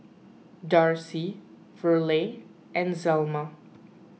Darcie Verle and Zelma